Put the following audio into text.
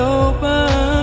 open